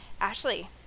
Ashley